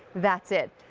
that's it.